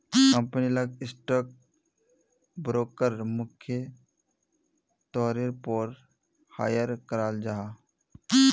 company लात stock broker मुख्य तौरेर पोर हायर कराल जाहा